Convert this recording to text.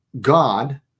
God